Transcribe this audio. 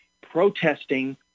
protesting